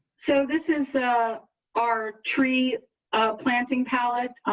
so this is a our tree planting palette.